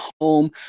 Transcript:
home